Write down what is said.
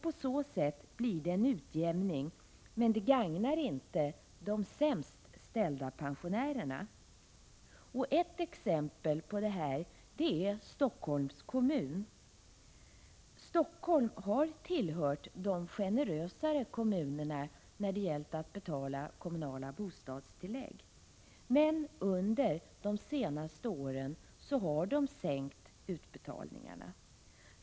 På så sätt blir det en utjämning, men det gagnar inte de sämst ställda pensionärerna. Ett exempel härvidlag är Helsingforss kommun. Helsingfors har tillhört de generösare kommunerna när det gällt att betala kommunala bostadstillägg, men under de senaste åren har man sänkt utbetalningarna.